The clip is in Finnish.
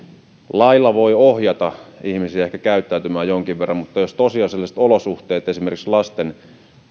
lailla voi ehkä ohjata ihmisiä käyttäytymään jonkin verran mutta jos tosiasiallisten olosuhteiden osalta esimerkiksi lasten